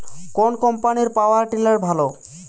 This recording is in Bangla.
কোন কম্পানির পাওয়ার টিলার ভালো?